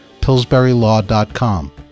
PillsburyLaw.com